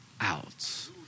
out